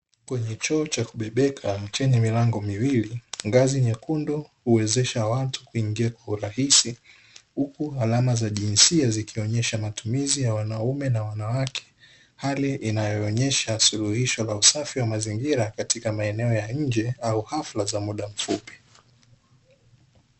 Kwenye choo cha kubebeka chenye milango miwili, ngazi nyekundu huwezesha watu kuingia kwa urahisi, huku alama za jinsia zikionyesha matumizi ya wanaume na wanawake. Hali inayoonyesha suluhisho la usafi wa mazingira, katika maeneo ya nje au hafla za muda mfupi.